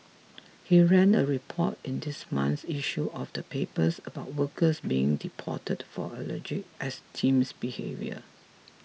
he ran a report in this month's issue of the papers about workers being deported for alleged extremist behaviour